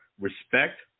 respect